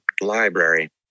Library